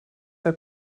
for